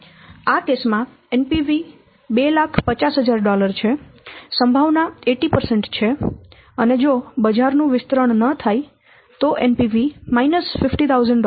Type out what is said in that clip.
આ કેસ માં NPV 250000 છેસંભાવના 80 છે અને જો બજાર નું વિસ્તરણ ન થાય તો NPV 50000 છે અને સંભાવના 20 છે